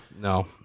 no